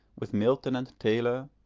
with milton and taylor,